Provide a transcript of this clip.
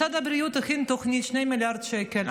משרד הבריאות הכין תוכנית, 2 מיליארד שקל.